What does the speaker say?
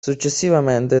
successivamente